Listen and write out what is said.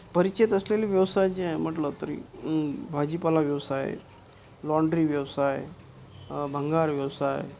परिचित असलेले व्यवसाय जे आहे म्हटलं तरी भाजीपाला व्यवसाय लाँड्री व्यवसाय भंगार व्यवसाय